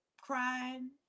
crying